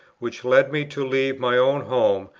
which led me to leave my own home,